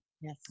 Yes